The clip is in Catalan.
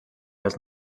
les